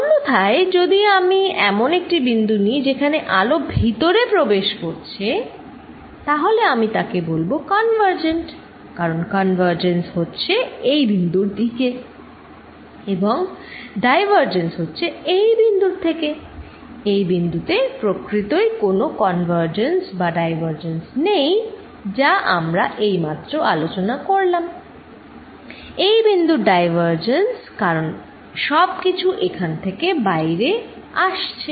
অন্যথায় যদি আমি এমন একটি বিন্দু নিই যেখানে আলো ভেতরে প্রবেশ করছে তাহলে আমি তাকে বলবো কনভারজেন্ট কারণ কনভারজেন্স হচ্ছে এই বিন্দুর দিকে এবং ডাইভারজেন্স হচ্ছে এই বিন্দু থেকে এই বিন্দু তে প্রকৃতই কোনো কনভারজেন্স বা ডাইভারজেন্স নেই যা আমরা এই মাত্র আলোচনা করলাম এই বিন্দুর ডাইভারজেন্স কারণ সবকিছু এখান থেকে বাইরে আসছে